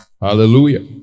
Hallelujah